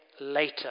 later